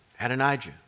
Adonijah